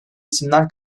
isimler